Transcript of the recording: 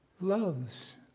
loves